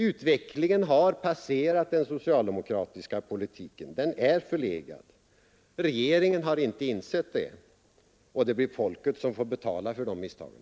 Utvecklingen har passerat den socialdemokratiska politiken — denna är förlegad. Regeringen har inte insett detta, och det blir folket som får betala för de misstagen.